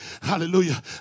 hallelujah